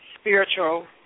spiritual